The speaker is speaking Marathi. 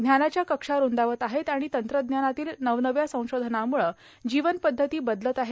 ज्ञानाच्या कक्षा रूंदावत आहेत आणि तंत्रज्ञानातील नवनव्या संशोधनामूळं जीवन पध्दती बदलत आहे